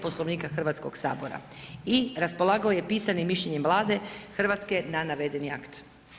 Poslovnika Hrvatskog sabora i raspolagao je pisanim mišljenjem Vlade Hrvatske na navedeni akt.